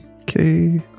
okay